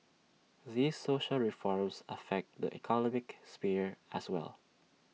these social reforms affect the economic sphere as well